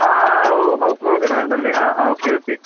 ആ ആ ആ ഓ ഹൗസ് ബ്രോക്കർ ആയിരുന്നല്ലേ ആ ആ ഓക്കെ ഓക്കെ